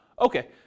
okay